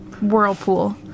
Whirlpool